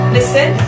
Listen